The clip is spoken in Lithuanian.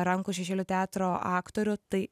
rankų šešėlių teatro aktorių tai